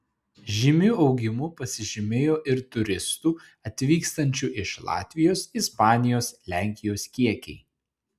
žymiu augimu pasižymėjo ir turistų atvykstančių iš latvijos ispanijos lenkijos kiekiai